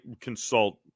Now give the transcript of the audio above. consult